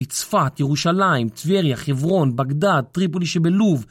בצפת, ירושלים, טבריה, חברון, בגדד, טריפולי שבלוב